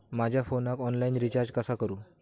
माझ्या फोनाक online recharge कसा करू?